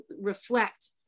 reflect